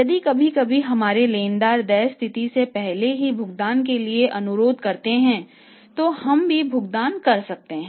यदि कभी कभी हमारे लेनदार देय तिथि से पहले भी भुगतान के लिए अनुरोध करते हैं तो हम भी भुगतान कर सकते हैं